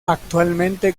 actualmente